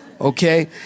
Okay